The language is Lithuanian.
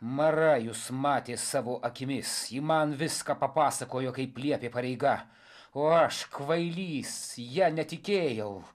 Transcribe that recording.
mara jus matė savo akimis ji man viską papasakojo kaip liepė pareiga o aš kvailys ja netikėjau